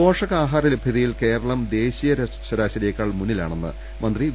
പോഷകാഹാര ലഭൃതയിൽ കേരളം ദേശീയ ശരാശരിയേ ക്കാൾ മുന്നിലാണെന്ന് മന്ത്രി വി